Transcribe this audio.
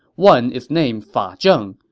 one is named fa ah zheng,